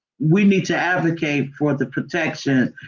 we need to advocate for the protection.